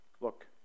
Look